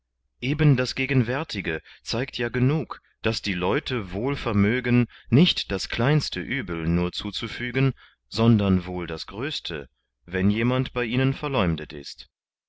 eben das gegenwärtige zeigt ja genug daß die leute wohl vermögen nicht das kleinste übel nur zuzufügen sondern wohl das größte wenn jemand bei ihnen verleumdet ist